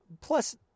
plus